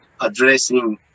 addressing